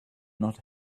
not